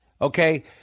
okay